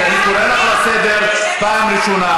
תכבד את סרבנית הגט ותסביר לה